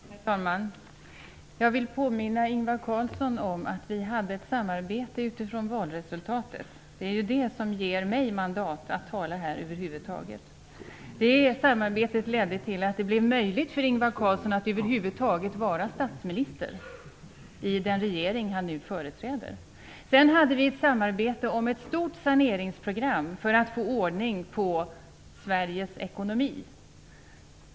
Herr talman! Jag vill påminna Ingvar Carlsson om att vi hade ett samarbete med utgångspunkt i valresultatet. Det är det som ger mig mandat att tala här över huvud taget. Det samarbetet ledde till att det blev möjligt för Ingvar Carlsson att över huvud taget vara statsminister i den regering han nu företräder. Sedan hade vi ett samarbete om ett stort saneringsprogram för att få ordning på Sveriges ekonomi.